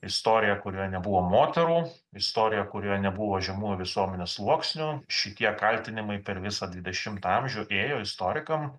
istoriją kurioje nebuvo moterų istoriją kurioje nebuvo žemųjų visuomenės sluoksnių šitie kaltinimai per visą dvidešimtą amžių ėjo istorikam